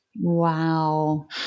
Wow